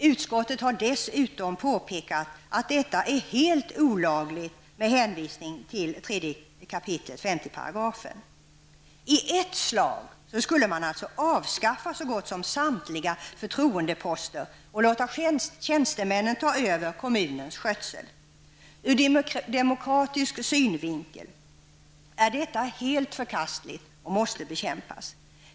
Utskottet har dessutom påpekat att detta är helt olagligt med hänvisning till I ett slag skulle man avskaffa så gott som samtliga förtroendeposter och låta tjänstemännen ta över kommunens skötsel. Ur demokratisk synvinkel är detta helt förkastligt och måste bekämpas.